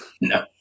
No